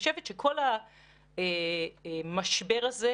כאשר עמודה 2 היא